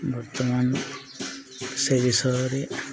ବର୍ତ୍ତମାନ ସେ ବିଷୟରେ